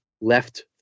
left